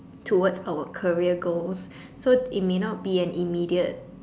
towards our career goals so it may not be an immediate